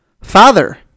Father